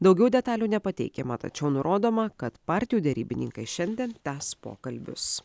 daugiau detalių nepateikiama tačiau nurodoma kad partijų derybininkai šiandien tęs pokalbius